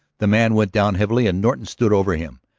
the man went down heavily and norton stood over him,